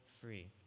free